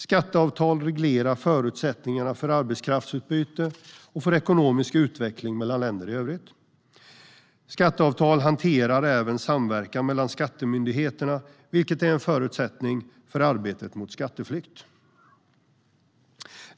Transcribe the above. Skatteavtal reglerar förutsättningarna för arbetskraftsutbyte och för ekonomisk utveckling mellan länder i övrigt. Skatteavtal reglerar även samverkan mellan skattemyndigheterna, vilket är en förutsättning för arbetet mot skatteflykt.